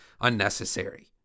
unnecessary